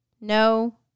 No